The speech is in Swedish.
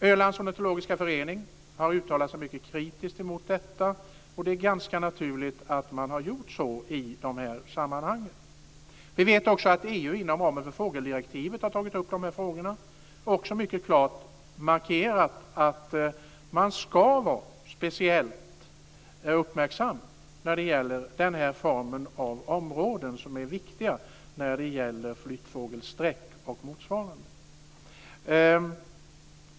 Ölands ornitologiska förening har uttalat sig mycket kritiskt mot detta, och det är ganska naturligt att man har gjort så. Vi vet också att EU inom ramen för fågeldirektivet har tagit upp dessa frågor och också mycket klart markerat att man ska vara speciellt uppmärksam på den här typen av områden som är viktiga när det gäller flyttfågelsträck och motsvarande.